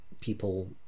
people